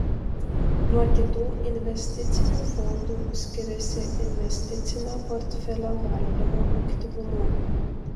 nuo kitų investicinių fondų skiriasi investicinio portfelio valdymo aktyvumu